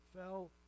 fell